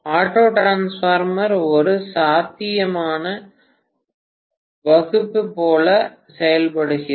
auto transformer ஒரு சாத்தியமான வகுப்பி போல செயல்படுகிறது